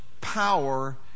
power